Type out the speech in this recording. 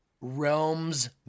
realms